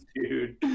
dude